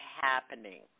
happening